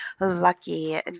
lucky